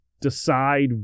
decide